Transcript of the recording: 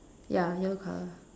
ya yellow colour